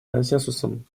консенсусом